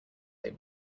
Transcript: they